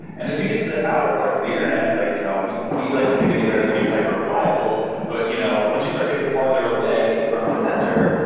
and as you get to the outer parts of the internet, like you know we we like to think of the internet as being hyper reliable. but you know once you start getting farther away from the center,